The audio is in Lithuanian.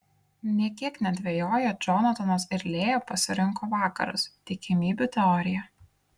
nė kiek nedvejoję džonatanas ir lėja pasirinko vakarus tikimybių teoriją